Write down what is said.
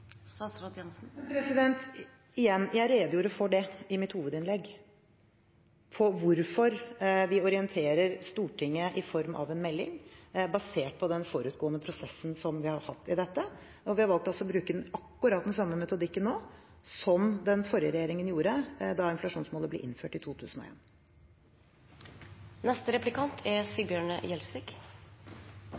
mitt hovedinnlegg for hvorfor vi orienterer Stortinget i form av en melding, basert på den forutgående prosessen som vi har hatt i dette. Jeg har valgt å bruke akkurat den samme metodikken nå som den den forrige regjeringen brukte da inflasjonsmålet ble innført, i 2001. Jeg oppfatter her at statsråden og mindretallet på Stortinget mener at det er